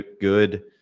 good